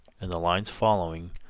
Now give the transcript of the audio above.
in the lines following,